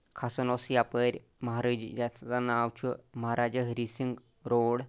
کھسان اوس یپٲرۍ مہاراجی یتھ زَن ناو چھُ مہاراجہ ۂری سِنگ روڈ